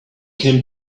came